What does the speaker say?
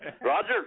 Roger